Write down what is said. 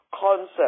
concept